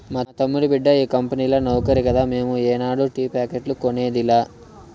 మా తమ్ముడి బిడ్డ ఈ కంపెనీల నౌకరి కదా మేము ఏనాడు టీ ప్యాకెట్లు కొనేదిలా